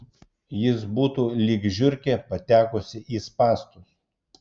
jis būtų lyg žiurkė patekusi į spąstus